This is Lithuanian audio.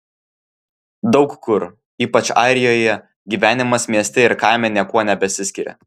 daug kur ypač airijoje gyvenimas mieste ir kaime niekuo nebesiskiria